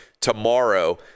tomorrow